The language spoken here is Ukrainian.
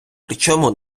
причому